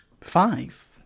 Five